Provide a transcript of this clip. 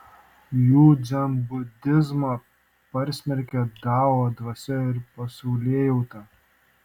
jų dzenbudizmą persmelkia dao dvasia ir pasaulėjauta